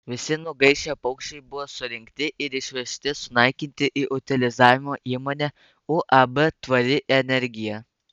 visi nugaišę paukščiai buvo surinkti ir išvežti sunaikinti į utilizavimo įmonę uab tvari energija